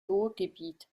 ruhrgebiet